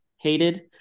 hated